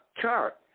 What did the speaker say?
chart